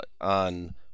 on